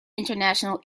international